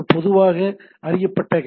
ஒரு பொதுவாக அறியப்பட்ட ஹெச்